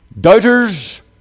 Doubters